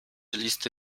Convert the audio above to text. listy